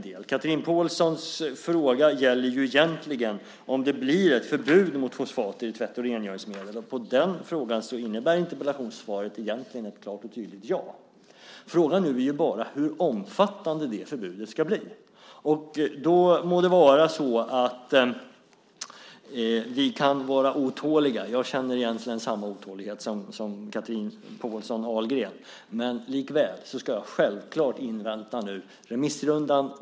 Chatrine Pålssons fråga gäller egentligen om det blir ett förbud mot fosfater i tvätt och rengöringsmedel. På den frågan innebär interpellationssvaret ett klart och tydligt ja. Frågan nu är hur omfattande det förbudet ska bli. Vi kan vara otåliga. Jag känner samma otålighet som Chatrine Pålsson Ahlgren, men likväl ska jag självklart invänta remissrundan.